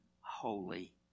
holy